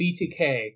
BTK